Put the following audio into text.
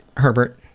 herbert,